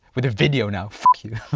with the video now, f you